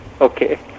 okay